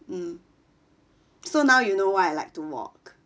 mm so now you know why I like to walk